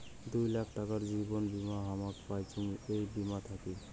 দুই লাখ টাকার জীবন বীমা হামাক পাইচুঙ এই বীমা থাকি